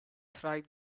thrive